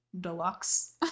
deluxe